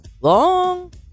long